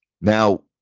now